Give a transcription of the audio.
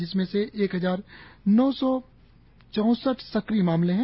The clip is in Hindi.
जिसमें से एक हजार नौ सौ चौसठ सक्रिय मामले हैं